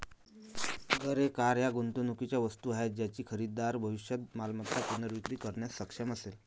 घरे, कार या गुंतवणुकीच्या वस्तू आहेत ज्याची खरेदीदार भविष्यात मालमत्ता पुनर्विक्री करण्यास सक्षम असेल